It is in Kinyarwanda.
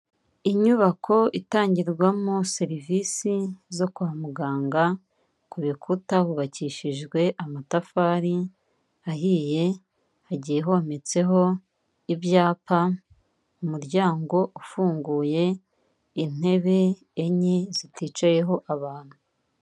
Inyubako itangirwamo serivisi zo kwa muganga, ku bikuta hubakishijwe amatafari ahiye, hagiye hometseho ibyapa, umuryango ufunguye, intebe enye ziticayeho abantu.